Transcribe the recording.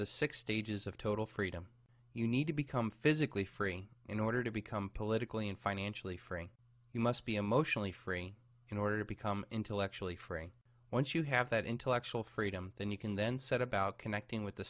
the six day dj's of total freedom you need to become physically free in order to become politically and financially free you must be emotionally free in order to become intellectually free once you have that intellectual freedom then you can then set about connecting with the